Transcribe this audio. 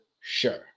Sure